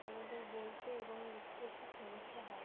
আমাদের বলতে এবং লিখতে একটু সমস্যা হয়